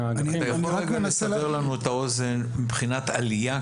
אתה יכול רגע לסבר לנו את האוזן מבחינת עלייה,